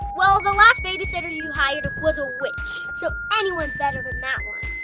well the last babysitter you hired was a witch! so anyone's better than that one!